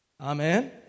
Amen